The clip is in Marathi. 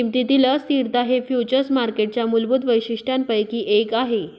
किमतीतील अस्थिरता हे फ्युचर्स मार्केटच्या मूलभूत वैशिष्ट्यांपैकी एक आहे